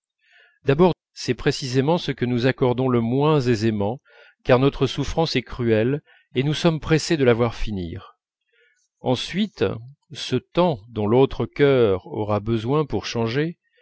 d'abord c'est précisément ce que nous accordons le moins aisément car notre souffrance est cruelle et nous sommes pressés de la voir finir ensuite ce temps dont l'autre cœur aura besoin pour changer